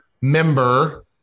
member